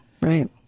right